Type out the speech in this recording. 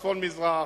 צפון-מזרח,